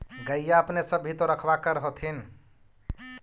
गईया अपने सब भी तो रखबा कर होत्थिन?